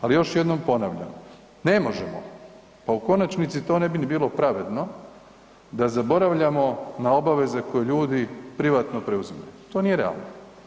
Ali još jednom ponavljam, ne možemo, pa u konačnici to ne bi ni bilo pravedno da zaboravljamo na obaveze koje ljudi privatno preuzimaju, to nije realno.